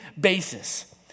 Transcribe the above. basis